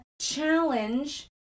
challenge